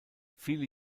viele